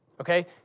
Okay